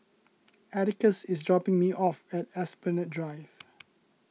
Atticus is dropping me off at Esplanade Drive